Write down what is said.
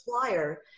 supplier